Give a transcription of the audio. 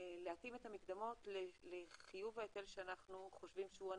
להתאים את המקדמות לחיוב ההיטל שאנחנו חושבים שהוא הנכון.